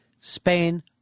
Spain